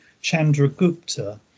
Chandragupta